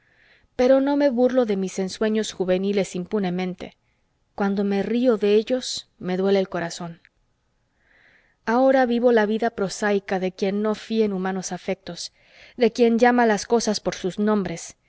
pero no me burlo de mis ensueños juveniles impunemente cuando me río de ellos me duele el corazón ahora vivo la vida prosáica de quien no fía en humanos afectos de quien llama las cosas por sus nombres